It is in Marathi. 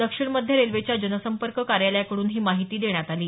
दक्षिण मध्य रेल्वेच्या जनसंपर्क कार्यालयाकडून ही माहिती देण्यात आली आहे